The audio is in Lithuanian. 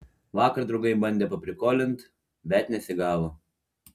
vakar draugai bandė paprikolint bet nesigavo